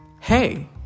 Hey